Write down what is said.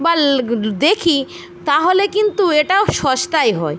বা দেখি তাহলে কিন্তু এটাও সস্তায় হয়